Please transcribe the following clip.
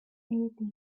irritated